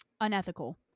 unethical